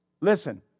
Listen